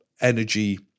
energy